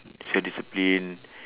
self-discipline